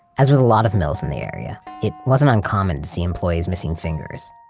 as with a lot of mills in the area, it wasn't uncommon to see employees missing fingers.